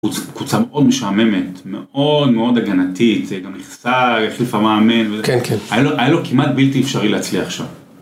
‫היא קבוצה מאוד משעממת, ‫מאוד מאוד הגנתית, ‫זה גם הסטייל, המאמן. ‫-כן, כן. ‫היה לו כמעט בלתי אפשרי להצליח שם.